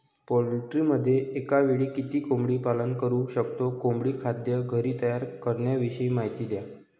पोल्ट्रीमध्ये एकावेळी किती कोंबडी पालन करु शकतो? कोंबडी खाद्य घरी तयार करण्याविषयी माहिती द्या